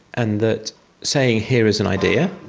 and that saying here is an idea,